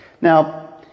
Now